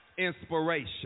inspiration